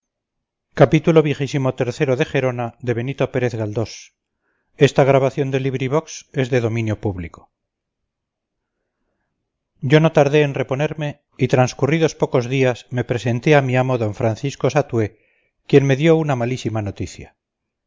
nos dieron asilo yo no tardé en reponerme y transcurridos pocos días me presenté a mi amo don francisco satué quien me dio una malísima noticia